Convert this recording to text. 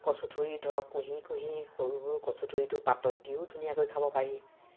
কচুথুৰি ধৰক কুঁহি কুঁহি সৰু সৰু কচুথুৰিটো পাতত দিও ধুনীয়াকৈ খাব পাৰি